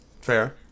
Fair